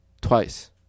twice